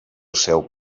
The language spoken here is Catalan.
seu